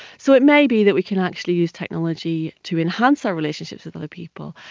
so it may be that we can actually use technology to enhance our relationships with other people.